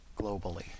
globally